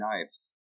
knives